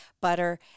butter